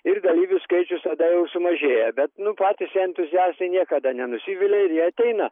ir dalyvių skaičius tada jau sumažėja bet nu patys entuziastai niekada nenusivilia ir jie ateina